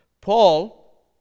Paul